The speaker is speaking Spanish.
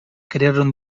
crearon